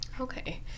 Okay